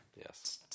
Yes